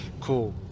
Cool